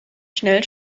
schnell